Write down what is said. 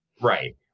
Right